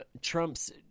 Trump's